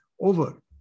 over